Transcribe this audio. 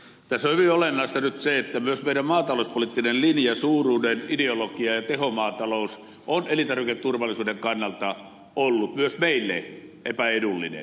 tässä on hyvin olennaista nyt se että myös meidän maatalouspoliittinen linjamme suuruuden ideologia ja tehomaatalous on elintarviketurvallisuuden kannalta ollut meille epäedullinen